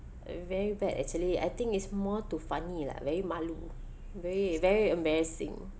very bad actually I think is more to funny lah very malu very very embarrassing